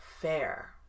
fair